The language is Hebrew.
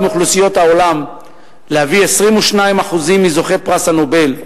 מאוכלוסיית העולם להביא 22% מזוכי פרס הנובל,